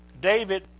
David